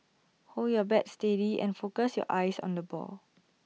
hold your bat steady and focus your eyes on the ball